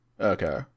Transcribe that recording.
Okay